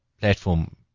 platform